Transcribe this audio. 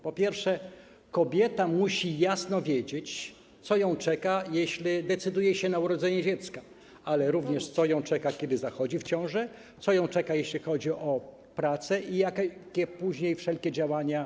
Po pierwsze, kobieta musi jasno wiedzieć, co ją czeka, jeśli decyduje się na urodzenie dziecka, ale również co ją czeka, kiedy zachodzi w ciążę, co ją czeka, jeśli chodzi o pracę, i jakie później będą wszelkie działania.